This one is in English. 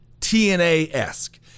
TNA-esque